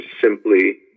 simply